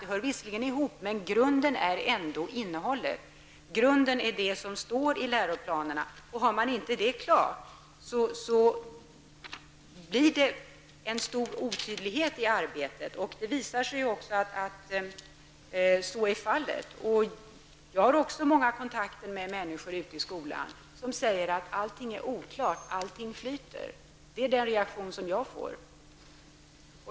Det hör visserligen ihop, men grunden är ändå innehållet. Grunden är det som står i läroplanerna. Har man inte det klart, blir det en stor otydlighet i arbetet. Det visar sig också att så är fallet. Även jag har många kontakter med människor ute i skolan, och de säger att allting är oklart, allting flyter. Det är den reaktion som jag får.